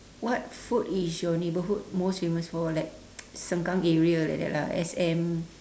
what food is your neighborhood most famous for like sengkang area like that lah S_M